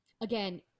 again